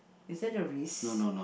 is that a risk